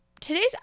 today's